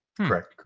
correct